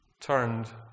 turned